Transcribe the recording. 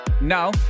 Now